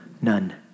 none